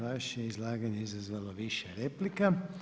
Vaše izlaganje je izazvalo više replika.